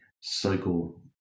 cycle